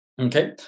Okay